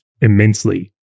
immensely